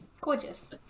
Gorgeous